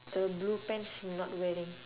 the blue pants not wearing